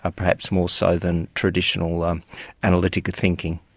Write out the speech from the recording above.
ah perhaps more so than traditional um analytical thinking.